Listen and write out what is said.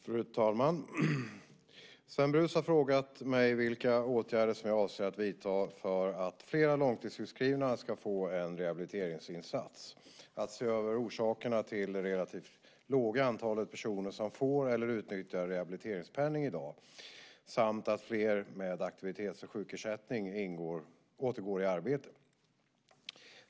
Fru talman! Sven Brus har frågat mig vilka åtgärder som jag avser att vidta för att fler långtidssjukskrivna ska få en rehabiliteringsinsats, för att se över orsakerna till det relativt låga antalet personer som får eller utnyttjar rehabiliteringspenning i dag samt för att fler med aktivitets och sjukersättning återgår i arbete.